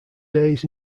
days